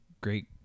great